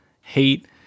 hate